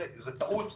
זאת טעות,